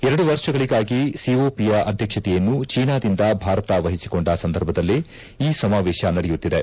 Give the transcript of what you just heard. ಎರಡು ವರ್ಷಗಳಿಗಾಗಿ ಸಿಓಪಿಯ ಅಧ್ಯಕ್ಷತೆಯನ್ನು ಚೀನಾದಿಂದ ಭಾರತ ವಹಿಸಿಕೊಂಡ ಸಂದರ್ಭದಲ್ಲೇ ಈ ಸಮಾವೇಶ ನಡೆಯುತ್ತಿದೆ